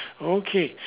okay